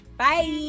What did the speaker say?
Bye